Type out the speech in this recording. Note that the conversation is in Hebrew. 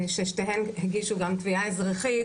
ששתיהן הגישו גם תביעה אזרחית,